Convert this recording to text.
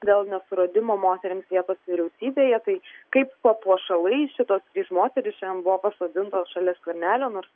dėl nesuradimo moterims vietos vyriausybėje tai kaip papuošalai šitos trys moterys šiandien buvo pasodintos šalia skvernelio nors